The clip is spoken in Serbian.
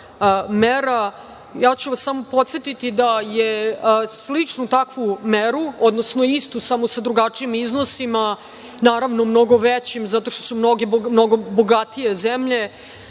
mera. Podsetiću vas da je sličnu takvu meru, odnosno istu, samo sa drugačijim iznosima, naravno mnogo većim zato što su mnogo bogatije zemlje,